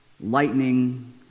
lightning